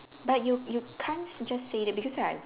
but you you can't just say that because I've a